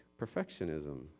perfectionism